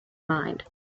mind